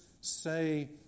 say